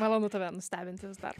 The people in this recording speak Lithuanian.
malonu tave nustebinti vis dar